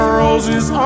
roses